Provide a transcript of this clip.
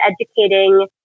educating